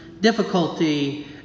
difficulty